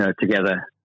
together